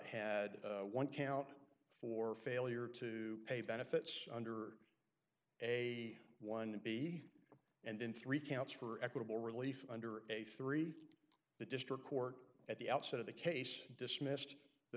had one count for failure to pay benefits under a one dollar b and in three counts for equitable relief under a three the district court at the outset of the case dismissed the